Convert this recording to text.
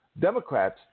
Democrats